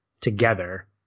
together